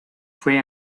fue